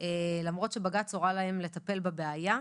למרות שבג"ץ הורה להם לטפל בבעיה.